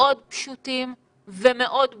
מאוד פשוטים ומאוד ברורים,